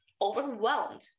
overwhelmed